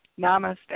Namaste